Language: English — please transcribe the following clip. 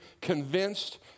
convinced